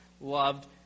loved